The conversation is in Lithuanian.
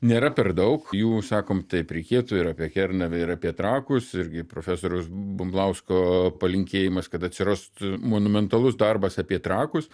nėra per daug jų sakom taip reikėtų ir apie kernavę ir apie trakus irgi profesoriaus bumblausko palinkėjimas kad atsirastų monumentalus darbas apie trakus